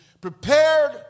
prepared